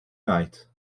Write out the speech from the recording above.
night